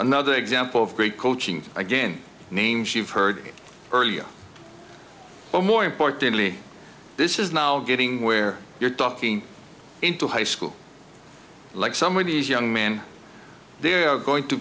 another example of great coaching again names you've heard earlier but more importantly this is now getting where you're talking into high school like some of these young men there are going to